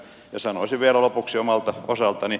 ja sanoisin vielä lopuksi omalta osaltani